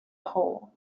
hole